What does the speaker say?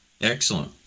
Excellent